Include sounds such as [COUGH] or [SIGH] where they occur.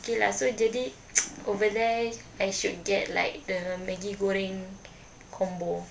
okay lah so jadi [NOISE] over there I should get like the maggi goreng combo